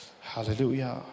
Hallelujah